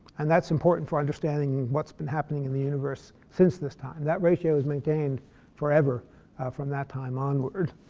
and that's important for understanding what's been happening in the universe since this time. that ratio is maintained forever from that time onward.